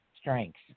strengths